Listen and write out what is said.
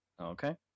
Okay